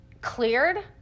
cleared